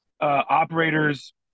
operators